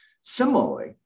Similarly